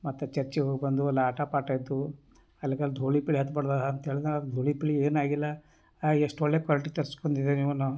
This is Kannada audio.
ಮತ್ತು ಚರ್ಚಿಗೆ ಹೋಗ್ಬಂದ್ವು ಅಲ್ಲಿ ಆಟ ಪಾಠ ಇತ್ತು ಅದಕ್ಕೆ ಅಲ್ಲಿ ಧೂಳಿ ಪಿಳಿ ಹತ್ಬಾರ್ದು ಅಂಥೇಳ್ದ ಆದರ ಧೂಳು ಪಿಳಿ ಏನು ಆಗಿಲ್ಲ ಎಷ್ಟು ಒಳ್ಳೆ ಕ್ವಾಲಿಟಿ ತರಿಸ್ಬಂದಿದೆ ನೀವುನು